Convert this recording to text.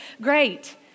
great